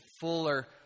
fuller